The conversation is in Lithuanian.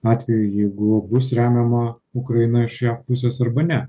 atveju jeigu bus remiama ukraina iš jav pusės arba ne